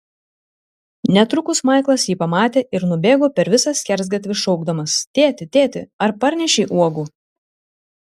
netrukus maiklas jį pamatė ir nubėgo per visą skersgatvį šaukdamas tėti tėti ar parnešei uogų